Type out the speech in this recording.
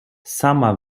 sama